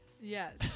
Yes